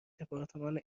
دپارتمان